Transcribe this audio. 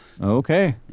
Okay